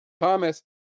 Thomas